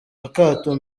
akato